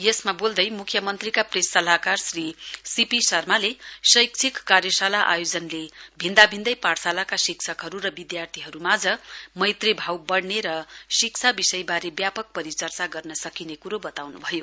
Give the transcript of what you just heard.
यसमा बोल्दै मुख्यमन्त्रीका प्रेस सल्लाहकार श्री सी पी शर्माले शैक्षिक कार्यशाला आयोजनले भिन्दा भिन्दै पाठशालाका शिक्षकहरू र विधार्थीहरूमाझ मैत्रीभाव बढ़ने र शिक्षा विषयबारे व्यापक परिचर्चा गर्नसकिने कुरो बताउनुभयो